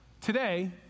Today